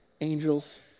angels